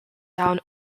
down